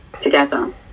together